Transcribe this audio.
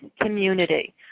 community